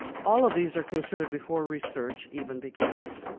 all of these are considered before research even begins.